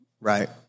right